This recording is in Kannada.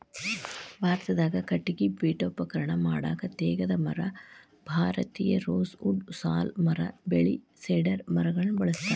ಭಾರತದಾಗ ಕಟಗಿ ಪೇಠೋಪಕರಣ ಮಾಡಾಕ ತೇಗದ ಮರ, ಭಾರತೇಯ ರೋಸ್ ವುಡ್ ಸಾಲ್ ಮರ ಬೇಳಿ ಸೇಡರ್ ಮರಗಳನ್ನ ಬಳಸ್ತಾರ